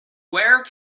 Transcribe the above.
where